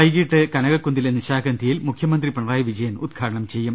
വൈകീട്ട് കനകക്കുന്നിലെ നിശാഗന്ധിയിൽ മുഖ്യമന്ത്രി പിണ റായി വിജയൻ ഉദ്ഘാടനം ചെയ്യും